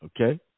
okay